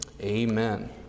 amen